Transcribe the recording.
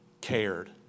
cared